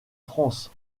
france